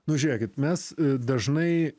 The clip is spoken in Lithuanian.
nu žiūrėkit mes dažnai